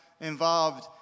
involved